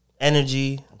energy